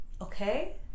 okay